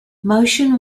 motion